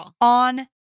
on